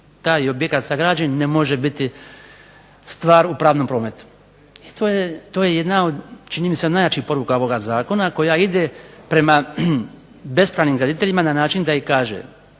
taj objekat sagrađen ne može biti stvar u pravnom prometu. I to je jedna čini mi se jedna od najjačih poruka ovog zakona koja ide prema bespravnim graditeljima na način da im kaže,